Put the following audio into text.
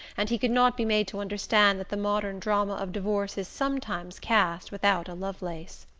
and he could not be made to understand that the modern drama of divorce is sometimes cast without a lovelace.